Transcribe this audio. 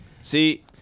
See